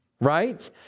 right